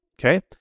Okay